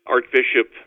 Archbishop